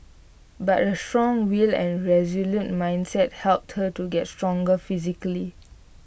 but A strong will and resolute mindset helped her to get stronger physically